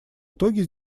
итоге